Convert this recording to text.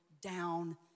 down